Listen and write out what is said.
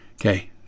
Okay